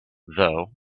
though